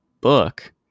Book